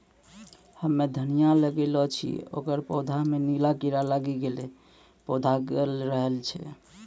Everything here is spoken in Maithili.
हम्मे धनिया लगैलो छियै ओकर पौधा मे नीला कीड़ा लागी गैलै पौधा गैलरहल छै?